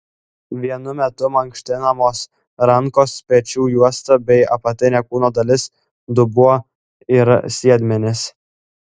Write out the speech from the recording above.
vienu metu mankštinamos rankos pečių juosta bei apatinė kūno dalis dubuo ir sėdmenys